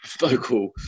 vocal